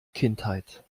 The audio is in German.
kindheit